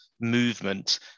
movement